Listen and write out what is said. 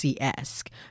esque